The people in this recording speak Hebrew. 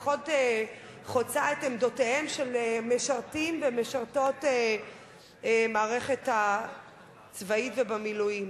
לפחות של משרתים ומשרתות במערכת הצבאית ובמילואים.